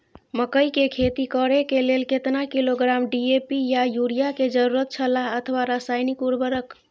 मकैय के खेती करे के लेल केतना किलोग्राम डी.ए.पी या युरिया के जरूरत छला अथवा रसायनिक उर्वरक?